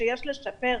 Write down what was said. שיש לשפר,